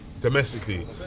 Domestically